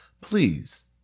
please